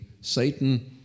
Satan